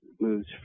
moves